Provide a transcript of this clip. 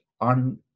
on